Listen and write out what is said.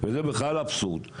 זה בכלל אבסורד.